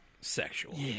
Sexual